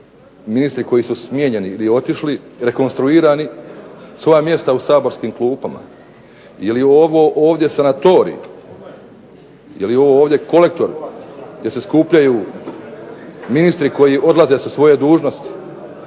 ministri koji su smijenjeni ili otišli, rekonstruirani, svoja mjesta u saborskim klupama? Je li ovo ovdje sanatorij? Je li ovo ovdje kolektor gdje se skupljaju ministri koji odlaze sa svoje dužnosti?